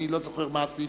אני לא זוכר את הסעיפים,